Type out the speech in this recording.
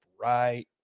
right